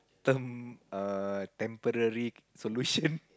term err temporary solution